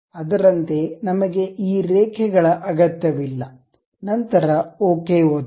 ಅದರಂತೆಯೇ ನಮಗೆ ಈ ರೇಖೆಗಳ ಅಗತ್ಯವಿಲ್ಲ ನಂತರ ಓಕೆ ಒತ್ತಿ